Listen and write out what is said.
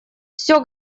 все